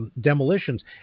demolitions